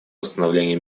восстановление